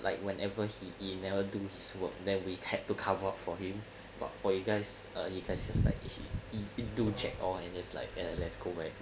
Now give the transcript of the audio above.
like whenever he he never do his work then we had to cover up for him but for you guys err you guys just like if he didn't do jack or you just like let's go back